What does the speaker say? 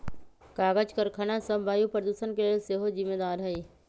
कागज करखना सभ वायु प्रदूषण के लेल सेहो जिम्मेदार हइ